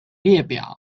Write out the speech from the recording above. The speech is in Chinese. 列表